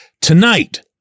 tonight